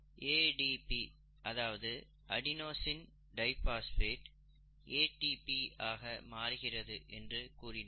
ADP அதாவது adenosine diphosphate ATP ஆக மாறுகிறது என்று கூறினோம்